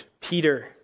Peter